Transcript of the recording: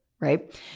right